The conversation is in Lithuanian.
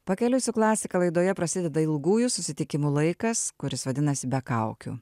pakeliui su klasika laidoje prasideda ilgųjų susitikimų laikas kuris vadinasi be kaukių